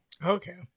Okay